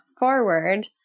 forward